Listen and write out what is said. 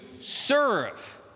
serve